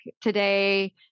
today